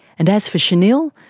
and as for shanil,